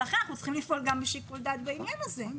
לכן אנחנו צריכים לפעול גם בשיקול דעת בעניין הזה.